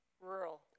rural